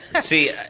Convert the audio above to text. See